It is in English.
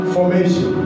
Formation